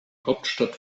hauptstadt